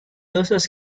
losses